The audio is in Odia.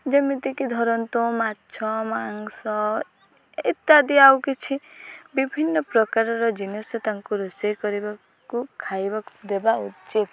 ଯେମିତିକି ଧରନ୍ତୁ ମାଛ ମାଂସ ଇତ୍ୟାଦି ଆଉ କିଛି ବିଭିନ୍ନ ପ୍ରକାରର ଜିନିଷ ତାଙ୍କୁ ରୋଷେଇ କରିବାକୁ ଖାଇବାକୁ ଦେବା ଉଚିତ୍